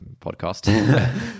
podcast